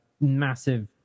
massive